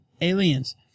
aliens